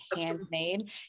handmade